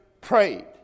prayed